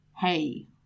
hey